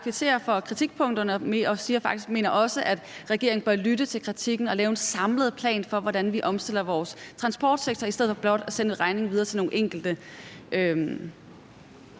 kvittere for kritikpunkterne og mener også faktisk, at regeringen bør lytte til kritikken og lave en samlet plan for, hvordan vi omstiller vores transportsektor, i stedet for blot at sende en regning videre til nogle enkelte.